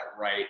right